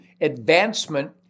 advancement